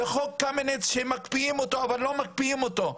וחוק קמיניץ שמקפיאים אותו אבל לא מקפיאים אותו.